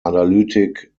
analytic